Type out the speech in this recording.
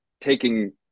taking